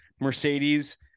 Mercedes